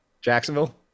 Jacksonville